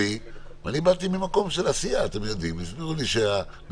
אני אומר לכם מראש שאנחנו לא הולכים להאריך את